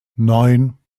neun